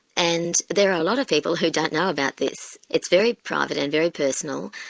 and there are a lot of people who don't know about this. it's very private and very personal,